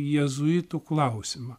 jėzuitų klausimą